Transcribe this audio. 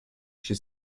she